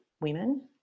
women